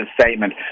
statement